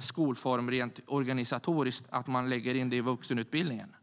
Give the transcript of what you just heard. skolform rent organisatoriskt genom att man lägger in sfi i vuxenutbildningen.